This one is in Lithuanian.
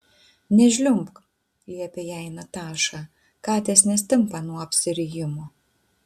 nežliumbk liepė jai nataša katės nestimpa nuo apsirijimo